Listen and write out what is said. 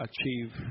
achieve